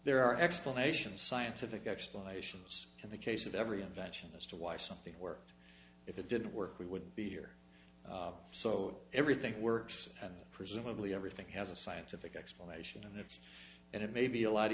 there are explanations scientific explanations in the case of every invention as to why something worked if it didn't work we wouldn't be here so everything works and presumably everything has a scientific explanation and it's and it may be a lot